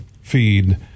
feed